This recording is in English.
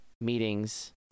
meetings